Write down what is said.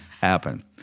happen